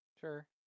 Sure